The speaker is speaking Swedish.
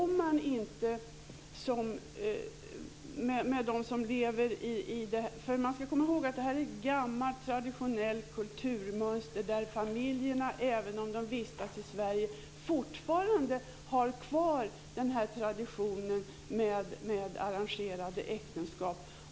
Man ska komma ihåg att detta är ett gammalt traditionellt kulturmönster där familjerna, även om de vistas i Sverige, fortfarande har kvar den här traditionen med arrangerade äktenskap.